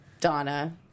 Donna